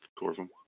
Corvum